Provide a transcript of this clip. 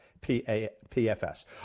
P-F-S